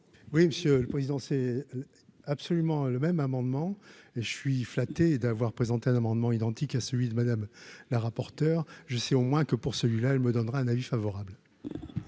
Oui, monsieur le président, c'est absolument le même amendement et je suis flatté d'avoir présenté un amendement identique à celui de Madame, la rapporteure je sais au moins que pour celui-là, elle me donnera un avis favorable.